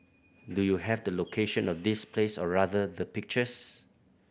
do you have the location of this place or rather the pictures